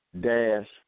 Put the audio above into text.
dash